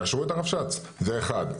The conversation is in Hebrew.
תאשרו את הרבש"ץ, זה אחד.